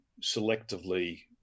selectively